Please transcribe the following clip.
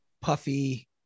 puffy